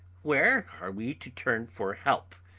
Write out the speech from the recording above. where are we to turn for help?